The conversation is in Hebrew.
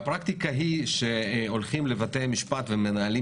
והפרקטיקה היא שהולכים לבתי משפט ומנהלים